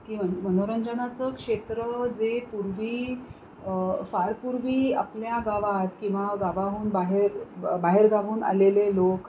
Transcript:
की मनोरंजनाचं क्षेत्र जे पूर्वी फार पूर्वी आपल्या गावात किंवा गावाहून बाहेर ब बाहेरगावाहून आलेले लोक